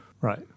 right